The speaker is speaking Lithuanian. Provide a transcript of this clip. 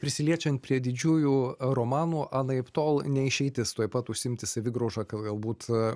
prisiliečiant prie didžiųjų romanų anaiptol ne išeitis tuoj pat užsiimti savigrauža kad galbūt